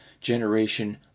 Generation